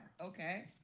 Okay